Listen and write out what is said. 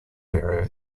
area